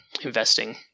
investing